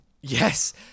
Yes